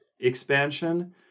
expansion